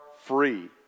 free